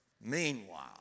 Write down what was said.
meanwhile